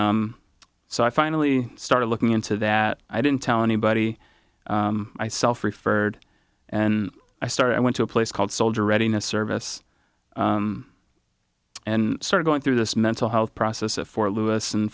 so i finally started looking into that i didn't tell anybody i self referred and i started i went to a place called soldier readiness service and started going through this mental health process at fort lewis and